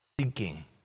seeking